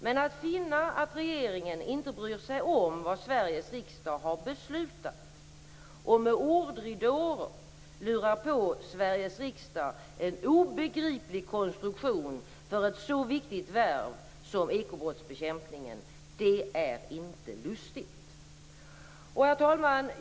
Men att finna att regeringen inte bryr sig om vad Sveriges riksdag har beslutat och med ordridåer lurar på Sveriges riksdag en obegriplig konstruktion för ett så viktigt värv som ekobrottsbekämpningen är inte lustigt. Herr talman!